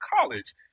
college